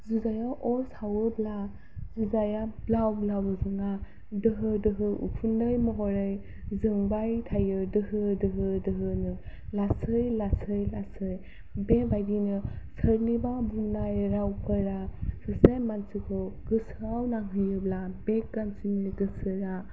जुजाइयाव अर सावोब्ला जुजाइया ब्लाव ब्लाव जोङा दोहो दोहो उखुन्दै महरै जोंबाय थायो दोहो दोहो दोहोनो लासै लासै लासै बेबायदिनो सोरनिबा बुंनाय रावफोरा सासे मानसिखौ गोसोआव नांहोयोब्ला बे मानसिनि गोसोआ